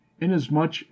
inasmuch